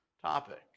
Topic